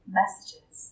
messages